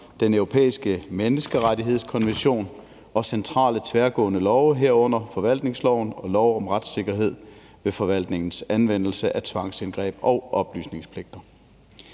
Den Europæiske Menneskerettighedskonvention og centrale tværgående love, herunder forvaltningsloven og lov om retssikkerhed ved forvaltningens anvendelse af tvangsindgreb og oplysningspligter.